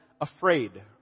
afraid